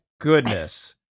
Goodness